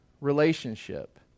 relationship